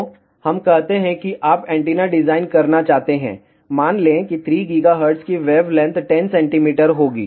तो हम कहते हैं कि आप एंटीना डिजाइन करना चाहते हैं मान लें कि 3 GHz की वेवलेंथ 10 cm होगी